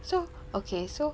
so okay so